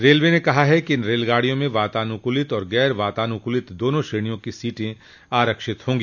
railway ने कहा है कि इन रेलगाडियों में वातानुकूलित और गैर वातानुकूलित दोनों श्रेणियों की सीटें आरक्षित होंगी